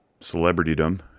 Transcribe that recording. celebritydom